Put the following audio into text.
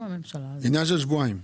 עניין של שבועיים.